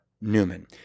Newman